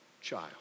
child